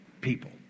people